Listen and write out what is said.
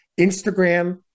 Instagram